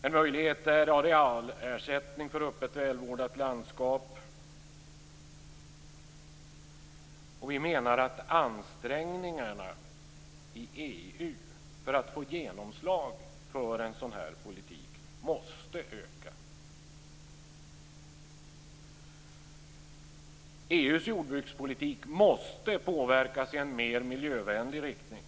En möjlighet är arealersättning för öppet, välvårdat landskap. Vi menar att ansträngningarna i EU för att få genomslag för en sådan här politik måste öka. EU:s jordbrukspolitik måste påverkas i en mer miljövänlig riktning.